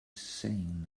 saying